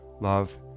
love